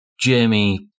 Jamie